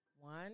One